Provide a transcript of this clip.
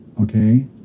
okay